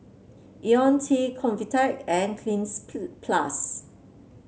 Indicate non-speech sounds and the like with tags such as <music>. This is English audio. IoniL T Convatec and Cleanz <unintelligible> Plus